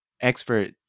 expert